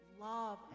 love